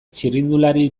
txirrindulari